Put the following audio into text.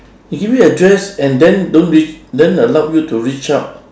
he give you address and then don't reach then allow you to reach out